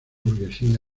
burguesía